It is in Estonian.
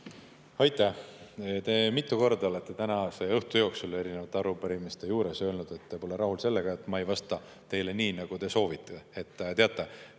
Aitäh! Te olete mitu korda tänase õhtu jooksul erinevate arupärimiste juures öelnud, et te pole rahul sellega, et ma ei vasta teile nii, nagu te soovite.